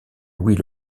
louis